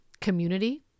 community